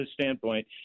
standpoint